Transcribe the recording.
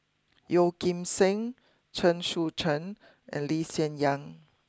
Yeo Kim Seng Chen Sucheng and Lee Hsien Yang